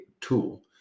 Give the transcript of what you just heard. tool